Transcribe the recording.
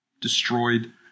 destroyed